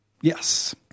yes